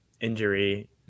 injury